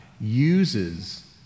uses